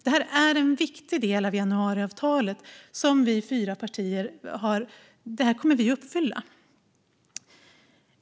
Det här är en viktig del av januariavtalet som vi fyra partier kommer att uppfylla.